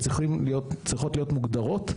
שצריכות להיות מוגדרות,